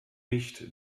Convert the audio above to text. nicht